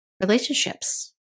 relationships